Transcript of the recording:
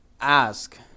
ask